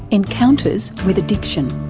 encounters with addiction.